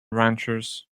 ranchers